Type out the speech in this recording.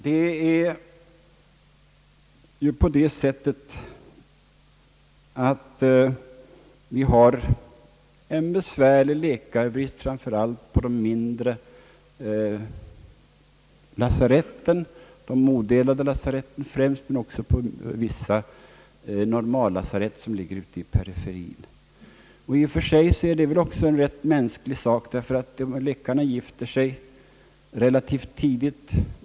Vi har ju en besvärlig läkarbrist, framför allt på de mindre lasaretten och främst på de odelade lasaretten, men också på vissa normallasarett som ligger ute i periferien. I och för sig är det väl också rätt mänskligt, ty läkarna gifter sig relativt tidigt.